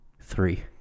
three